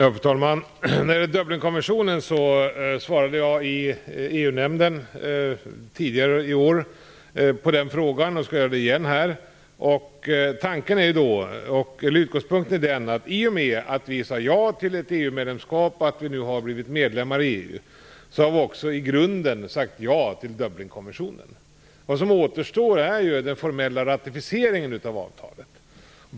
Fru talman! När det gäller Dublinkonventionen besvarade jag frågan i EU-nämnden tidigare i år, och jag skall göra det igen här. Utgångspunkten är den att i och med att vi sade ja till ett EU-medlemskap har vi också i grunden sagt ja till Dublinkonventionen. Vad som återstår är den formella ratificeringen av avtalet.